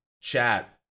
chat